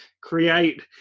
create